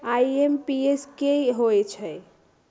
IMPS की होईछइ?